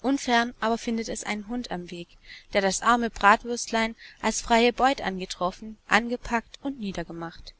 unfern aber findet es einen hund am weg der das arme bratwürstlein als freie beut angetroffen angepackt und niedergemacht